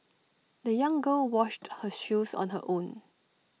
the young girl washed her shoes on her own